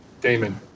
Damon